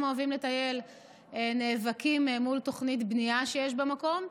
אוהבים לטייל נאבקים מול תוכנית בנייה שיש במקום.